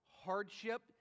hardship